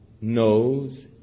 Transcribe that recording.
knows